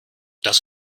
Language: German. dass